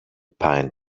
pine